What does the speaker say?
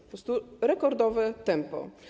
Po prostu rekordowe tempo.